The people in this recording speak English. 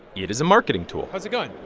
it is a marketing tool how's it going?